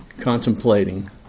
contemplating